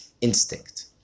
instinct